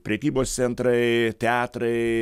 prekybos centrai teatrai